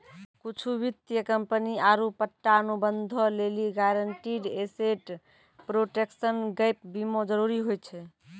कुछु वित्तीय कंपनी आरु पट्टा अनुबंधो लेली गारंटीड एसेट प्रोटेक्शन गैप बीमा जरुरी होय छै